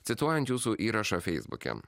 cituojant jūsų įrašą feisbuke